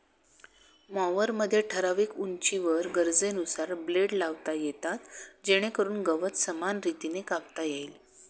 मॉवरमध्ये ठराविक उंचीवर गरजेनुसार ब्लेड लावता येतात जेणेकरून गवत समान रीतीने कापता येईल